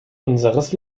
unseres